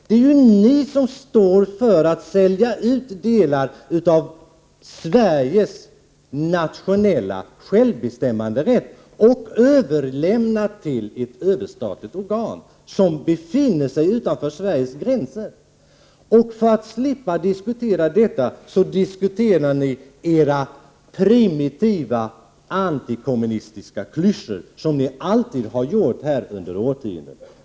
Det är ju ni som står för en politik som går ut på att delar av Sveriges nationella självbestämmanderätt skall säljas ut till ett överstatligt organ, som befinner sig utanför Sveriges gränser. För att slippa diskutera detta kommer ni med era primitiva antikommunistiska klyschor — och så har ni gjort i årtionden.